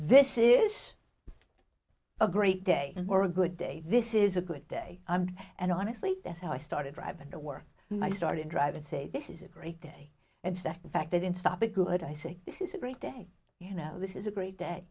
this is a great day and were a good day this is a good day and honestly that's how i started driving to work and i started driving say this is a great day and that in fact that in stop a good i say this is a great day you know this is a great day